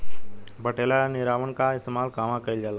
पटेला या निरावन का इस्तेमाल कहवा कइल जाला?